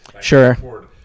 Sure